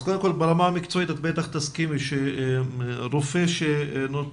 אז קודם כל ברמה המקצועית את בטח תסכימי שרופא שנותן